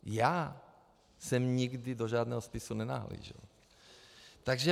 Já jsem nikdy do žádného spisu nenahlížel.